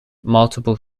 multiple